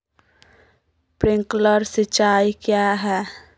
Sprinkler सिंचाई क्या है?